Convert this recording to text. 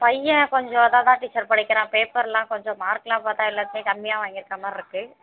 பையன் கொஞ்சம் இதாதான் டீச்சர் படிக்கிறான் பேப்பர்லாம் கொஞ்சம் மார்க்குலாம் பார்த்தா எல்லாத்துலேயும் கம்மியாக வாங்கியிருக்கற மாதிரி இருக்குது